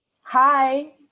Hi